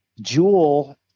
jewel